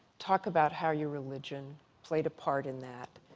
talk about how your religion played a part in that.